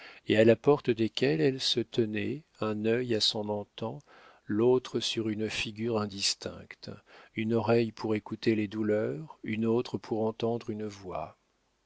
et à la porte desquels elle se tenait un œil à son enfant l'autre sur une figure indistincte une oreille pour écouter les douleurs une autre pour entendre une voix